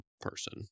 person